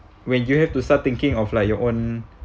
when you have to start thinking of like your own